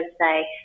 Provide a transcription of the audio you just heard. say